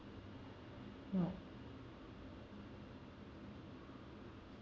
no